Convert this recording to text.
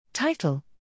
Title